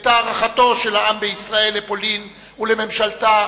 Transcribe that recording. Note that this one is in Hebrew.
את הערכת העם בישראל לפולין ולממשלתה